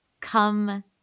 come